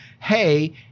hey